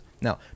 Now